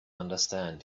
understand